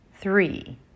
Three